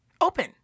Open